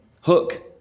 Hook